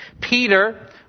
Peter